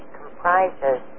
comprises